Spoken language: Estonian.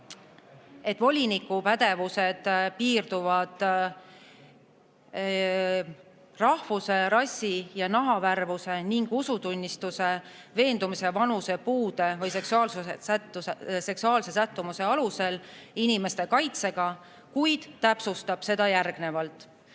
et voliniku pädevus piirdub rahvuse, rassi, nahavärvuse, usutunnistuse, veendumuse, vanuse, puude või seksuaalse sättumuse alusel inimeste kaitsega, kuid täpsustab seda järgnevalt.